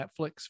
Netflix